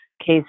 case